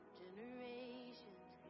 generations